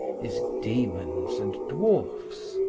his demons and dwarfs.